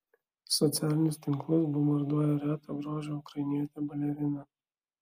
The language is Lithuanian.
socialinius tinklus bombarduoja reto grožio ukrainietė balerina